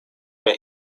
but